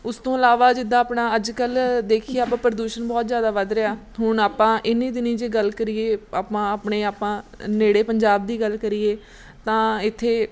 ਉਸ ਤੋਂ ਇਲਾਵਾ ਜਿੱਦਾਂ ਆਪਣਾ ਅੱਜ ਕੱਲ੍ਹ ਦੇਖੀਏ ਆਪਾਂ ਪ੍ਰਦੂਸ਼ਣ ਬਹੁਤ ਜ਼ਿਆਦਾ ਵੱਧ ਰਿਹਾ ਹੁਣ ਆਪਾਂ ਇੰਨੀ ਦਿਨੀ ਜੇ ਗੱਲ ਕਰੀਏ ਆਪਾਂ ਆਪਣੇ ਆਪਾਂ ਨੇੜੇ ਪੰਜਾਬ ਦੀ ਗੱਲ ਕਰੀਏ ਤਾਂ ਇੱਥੇ